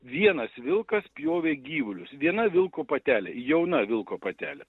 vienas vilkas papjovė gyvulius viena vilko patelė jauna vilko patelė